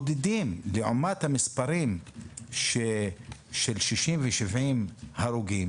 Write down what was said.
אולי בודדים, לעומת המספרים של 60 ו-70 הרוגים